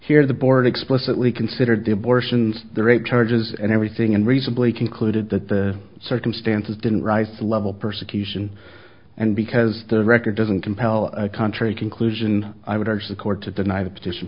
here the board explicitly considered the abortions the rape charges and everything and reasonably concluded that the circumstances didn't rise level persecution and because the record doesn't compel a country conclusion i would urge the court to deny the petition